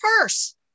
purse